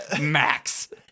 Max